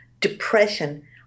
Depression